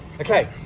Okay